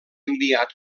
enviat